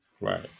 Right